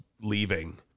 leaving